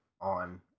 on